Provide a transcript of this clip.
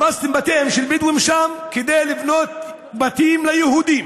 הרסתם בתים של בדואים שם כדי לבנות בתים ליהודים.